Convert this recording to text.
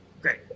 Great